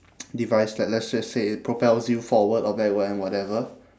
device that let's just say it propels you forward or backward and whatever